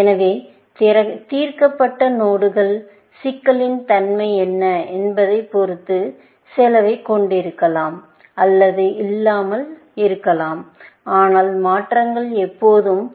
எனவே தீர்க்கப்பட்ட நோடுகள் சிக்கலின் தன்மை என்ன என்பதைப் பொறுத்து செலவைக் கொண்டிருக்கலாம் அல்லது இல்லாமல் இருக்கலாம் ஆனால் மாற்றங்கள் எப்போதுமே